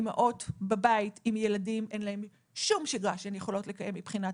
אימהות בבית עם ילדים ואין להן שום שגרה שהן יכולות לקיים מבחינת